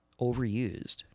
overused